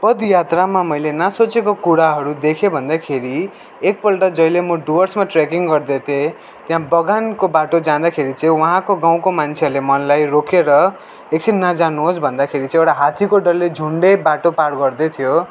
पदयात्रामा मैले नसोचेको कुराहरू देखेँ भन्दाखेरि एकपल्ट जहिले म डुवर्समा ट्रेकिङ गर्दै थिएँ त्यहाँ बगानको बाटो जाँदाखेरि चाहिँ वहाँको गाउँको मान्छेहरूले मलाई रोकेर एकछिन नजानुहोस् भन्दाखेरि चाहिँ एउटा हात्तीको डल्लै झुन्डै बाटो पार गर्दैथ्यो